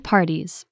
Parties